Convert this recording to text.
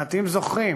מעטים זוכרים.